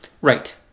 Right